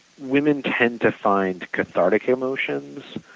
women tend to find cathartic emotions,